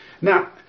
Now